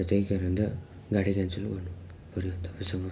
र त्यही कारण र गाडी लान्छु ल भन्नुपऱ्यो तपाईँसँग